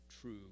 true